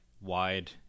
wide